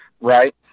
right